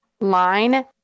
line